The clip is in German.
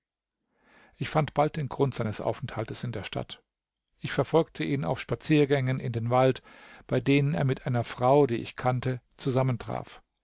ich fand bald den grund seines aufenthaltes in der stadt ich verfolgte ihn auf spaziergängen in den wald bei denen er mit einer frau die ich kannte